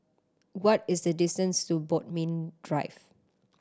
what is the distance to Bodmin Drive